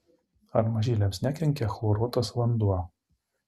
ar mažyliams nekenkia chloruotas vanduo